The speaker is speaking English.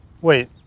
Wait